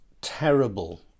terrible